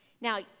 Now